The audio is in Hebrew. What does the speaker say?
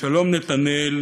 שלום נתנאל,